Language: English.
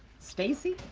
stacey.